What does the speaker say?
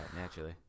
naturally